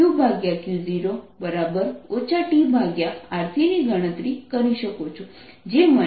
તો તમે lnQQ0 tRC ની ગણતરી કરી શકો છો જે મને QQ0e tRC આપે છે